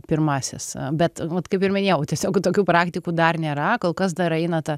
pirmasis bet vat kaip ir minėjau tiesiog tokių praktikų dar nėra kol kas dar eina ta